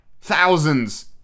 thousands